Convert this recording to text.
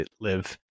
live